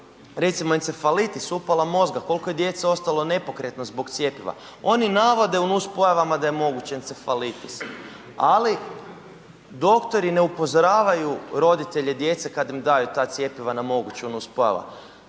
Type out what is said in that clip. recimo encefalitis, upala mozga, koliko je djece ostalo nepokretno zbog cjepiva. Oni navode u nuspojavama da je moguće encefalitis ali doktori ne upozoravaju roditelje djece kad im daju ta cjepiva na moguće nuspojave.